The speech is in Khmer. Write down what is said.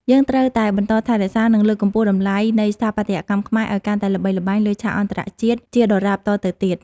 យើងត្រូវតែបន្តថែរក្សា និង លើកកម្ពស់តម្លៃនៃស្ថាបត្យកម្មខ្មែរឱ្យកាន់តែល្បីល្បាញលើឆាកអន្តរជាតិជាដរាបតទៅទៀត។